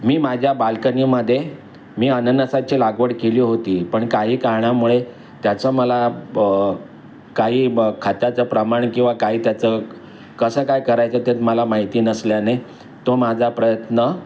मी माझ्या बालकनीमध्ये मी अननसाची लागवड केली होती पण काही कारणामुळे त्याचं मला ब काही ब खात्याचं प्रमाण किंवा काही त्याचं कसं काय करायचं तेच मला माहिती नसल्याने तो माझा प्रयत्न